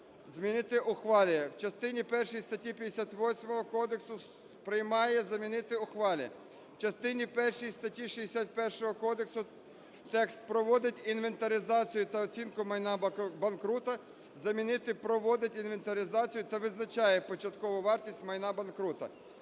замінити "ухвалює". В частині першій статті 58 кодексу "приймає" замінити "ухвалює". В частині першій статті 61 кодексу текст "проводить інвентаризацію та оцінку майна банкрута" замінити "проводить інвентаризацію та визначає початкову вартість майна банкрута".